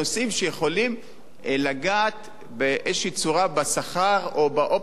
שיכולים לגעת באיזו צורה בשכר או באופציות,